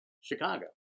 Chicago